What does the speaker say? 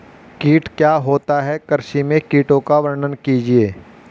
कीट क्या होता है कृषि में कीटों का वर्णन कीजिए?